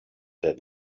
had